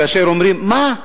כאשר אומרים: מה,